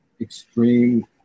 extreme